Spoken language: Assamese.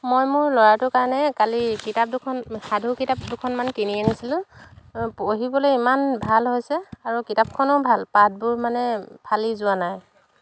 মই মোৰ ল'ৰাটোৰ কাৰণে কালি কিতাপ দুখন সাধু কিতাপ দুখনমান কিনি আনিছিলোঁ পঢ়িবলৈ ইমান ভাল হৈছে আৰু কিতাপখনো ভাল পাঠবোৰ মানে ফালি যোৱা নাই